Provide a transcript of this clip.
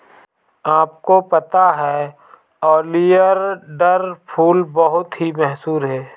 आपको पता है ओलियंडर फूल बहुत ही मशहूर है